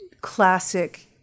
classic